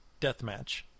Deathmatch